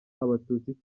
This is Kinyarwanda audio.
abatutsi